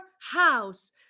house